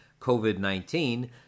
COVID-19